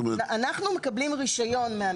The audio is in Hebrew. אנחנו מקבלים רישיון מהמדינה.